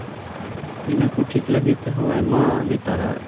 ᱤᱱᱟᱹᱠᱚ ᱴᱷᱤᱠ ᱞᱟᱹᱜᱤᱫ ᱛᱮᱦᱚᱸ ᱟᱭᱢᱟ ᱱᱮᱛᱟᱨᱟᱜ